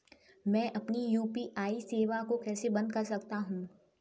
मैं अपनी यू.पी.आई सेवा को कैसे बंद कर सकता हूँ?